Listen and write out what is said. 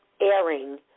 airing